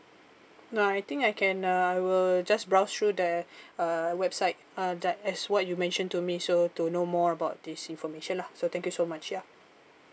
no I think I can uh I will just browse through that uh website uh that as what you mentioned to me so to know more about this information lah so thank you so much ya